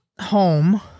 home